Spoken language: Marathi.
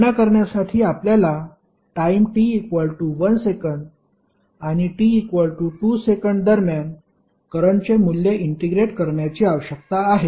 गणना करण्यासाठी आपल्याला टाइम t 1s आणि t 2s दरम्यान करंटचे मूल्य इंटिग्रेट करण्याची आवश्यकता आहे